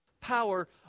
power